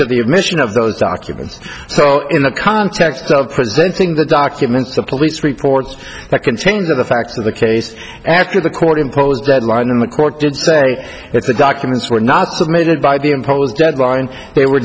to the admission of those documents so in the context of presenting the documents the police reports that can change the facts of the case after the court imposed deadline and the court did say its the documents were not submitted by the imposed deadline they were